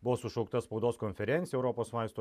buvo sušaukta spaudos konferencija europos vaistų